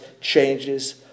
changes